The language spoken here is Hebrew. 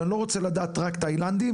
אבל אני לא רוצה לדעת רק תאילנדים,